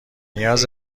نیاز